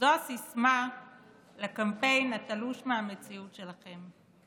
זו הסיסמה לקמפיין התלוש מהמציאות שלכם.